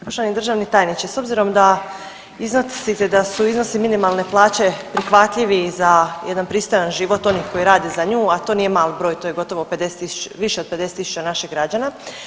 Poštovani državni tajniče, s obzirom da iznosite da su iznosi minimalne plaće prihvatljivi za jedan pristojan život onih koji rade za nju, a to nije mal broj, to je gotovo 50.000, više od 50.000 naših građana.